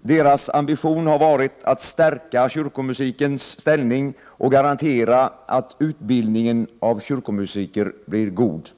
Deras ambition har varit att stärka kyrkomusikens ställning och garantera att utbildningen av kyrkomusiker blir god.